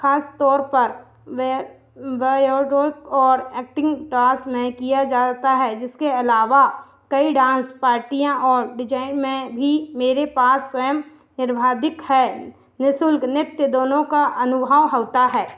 ख़ासतौर पर व्य वयोरुल्क और ऐक्टिंग टास में किया जाता है जिसके अलावा कई डान्स पार्टियाँ और डिजाइन में भी मेरे पास स्वयं निर्भादिक है निःशुल्क नृत्य दोनों का अनुभाव होता है